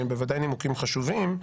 שהם בוודאי נימוקים חשובים,